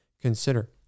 consider